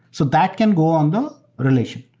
so that can go on the relation.